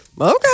Okay